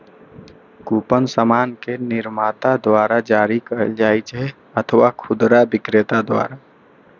coupon सामान के निर्माता द्वारा जारी कैल जाइ छै अथवा खुदरा बिक्रेता द्वारा